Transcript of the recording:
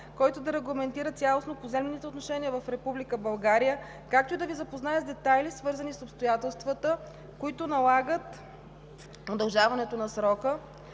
който да регламентира цялостно поземлените отношения в Република България, както и да Ви запозная с детайлите, свързани с обстоятелствата, които налагат удължаването на срока,